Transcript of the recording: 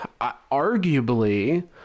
Arguably